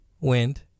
wind